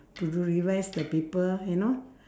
to revise the paper you know